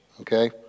okay